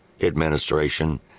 administration